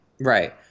Right